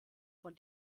von